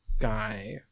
Guy